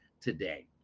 today